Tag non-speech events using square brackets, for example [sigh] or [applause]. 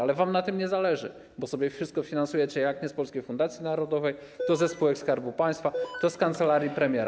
Ale wam na tym nie zależy, bo sobie wszystko finansujecie jak nie z Polskiej Fundacji Narodowej, [noise] to ze spółek Skarbu Państwa, to z kancelarii premiera.